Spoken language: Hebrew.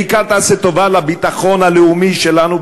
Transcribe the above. בעיקר תעשה טובה לביטחון הלאומי שלנו,